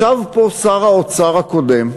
ישב פה שר האוצר הקודם,